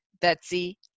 Betsy